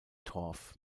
torf